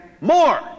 more